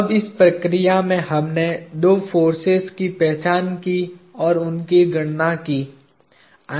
अब इस प्रक्रिया में हमने दो फोर्सेज की पहचान की या उनकी गणना की